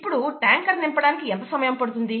ఇప్పుడు ట్యాంకరు నింపడానికి ఎంత సమయం పడుతుంది